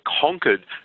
conquered